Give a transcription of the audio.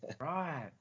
Right